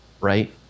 right